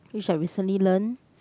which I recently learn